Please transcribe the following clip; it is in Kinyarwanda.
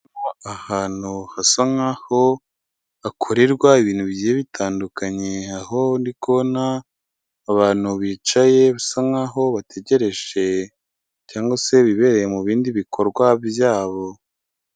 Ahantu hasa nkaho hakorerwa ibintu bigiye bitandukanye, aho ndikubona abantu bicaye bisa nkaho bategereje cyangwa se bibereye mu bindi bikorwa byabo.